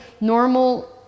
normal